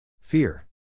Fear